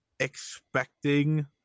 expecting